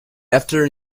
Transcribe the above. after